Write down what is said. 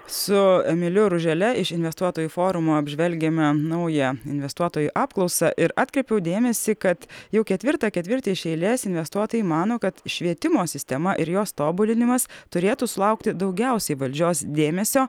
su emiliu ružele iš investuotojų forumo apžvelgiame naują investuotojų apklausą ir atkreipiau dėmesį kad jau ketvirtą ketvirtį iš eilės investuotojai mano kad švietimo sistema ir jos tobulinimas turėtų sulaukti daugiausiai valdžios dėmesio